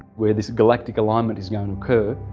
where this galactic alignment is going to occur,